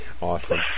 Awesome